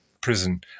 prison